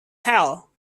hell